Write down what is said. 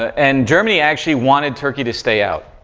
and germany actually wanted turkey to stay out,